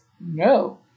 no